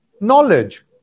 knowledge